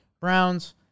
Browns